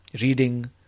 reading